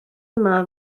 yma